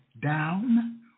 down